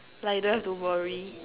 like you don't have to worry